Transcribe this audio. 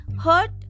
hurt